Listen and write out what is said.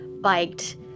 biked